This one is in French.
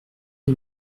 les